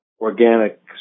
organic